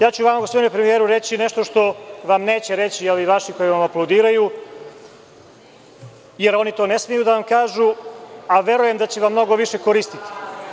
Ja ću vama, gospodine premijeru, reći nešto što vam neće reći ovi vaši koji vam aplaudiraju, jer oni to ne smeju da vam kažu, a verujem da će vam mnogo više koristiti.